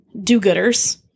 do-gooders